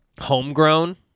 homegrown